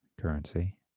currency